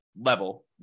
level